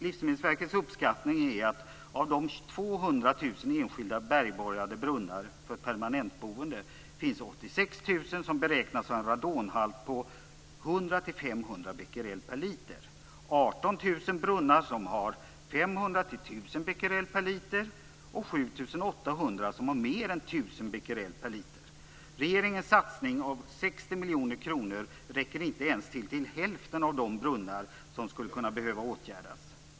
Livsmedelsverket uppskattar att det av 200 000 enskilda bergborrade brunnar för permanentboende finns 86 000 brunnar som har en radonhalt på 100-500 becquerel per liter, 18 000 7 800 som har mer än 1 000 becquerel per liter. Regeringens satsning av 60 miljoner kronor räcker inte ens till häften av de brunnar som skulle behöva åtgärdas.